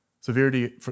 Severity